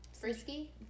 Frisky